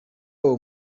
uwo